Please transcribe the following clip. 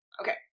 okay